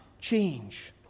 change